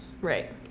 right